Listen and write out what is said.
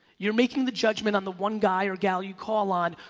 you're making the judgment on the one guy or gal you call on,